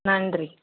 நன்றி